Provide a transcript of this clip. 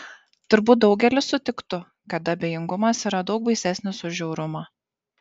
turbūt daugelis sutiktų kad abejingumas yra daug baisesnis už žiaurumą